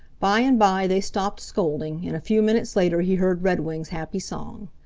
by and by they stopped scolding, and a few minutes later he heard redwing's happy song.